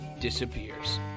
disappears